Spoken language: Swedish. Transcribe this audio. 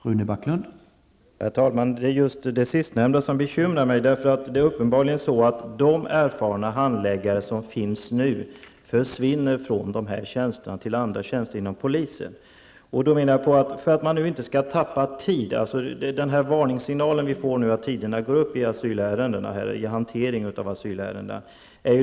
Herr talman! Det är just det sistnämnda som bekymrar mig, för det är uppenbarligen så att de erfarna handläggare som nu finns försvinner från sina tjänster till andra tjänster inom polisen. Vi får nu signaler om att hanteringstiderna i asylärenden förlängs.